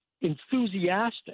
enthusiastic